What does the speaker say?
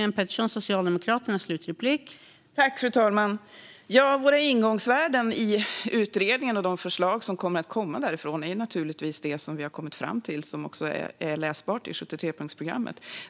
Fru talman! Våra ingångsvärden i utredningen och de förslag som kommer att komma därifrån är naturligtvis det som vi har kommit fram till och som också är läsbart i 73-punktsprogrammet.